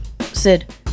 Sid